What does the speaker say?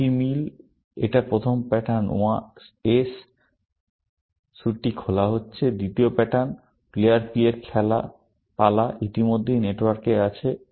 বাকি মিল এটা প্রথম প্যাটার্ন S স্যুটটি খেলা হচ্ছে দ্বিতীয় প্যাটার্ন প্লেয়ার P এর পালা ইতিমধ্যেই নেটওয়ার্কে আছে